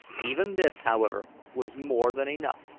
even this, however, was more than enough,